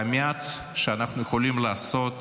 והמעט שאנחנו יכולים לעשות